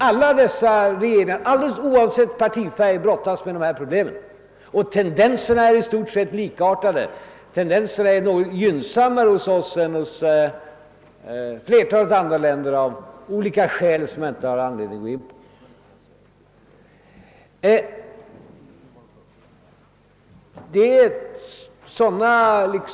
Alla regeringar oavsett partifärg brottas nämligen med dessa problem, och tendensen är i stort sett densamma. Ja, den är t.o.m. något gynnsammare hos oss än i flertalet andra länder, av skäl som jag här inte har anledning att ingå på.